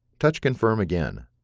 touch confirm again.